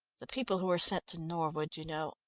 the people who are sent to norwood, you know,